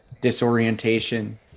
disorientation